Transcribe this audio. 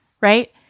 Right